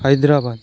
Hyderabad